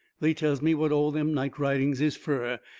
they tells me what all them night-ridings is fur.